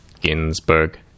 Ginsburg